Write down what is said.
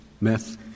meth